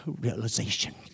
realization